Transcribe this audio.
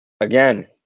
again